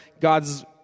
God's